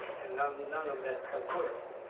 and none none of them have worked.